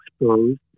exposed